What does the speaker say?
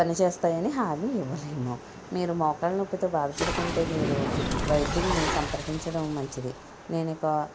పని చేస్తాయని హామీ ఇవ్వలేము మీరు మోకాల నొప్పితో బాధ పడుతుంటే మీరు వైద్యులని సంప్రదించడం మంచిది నేను ఒక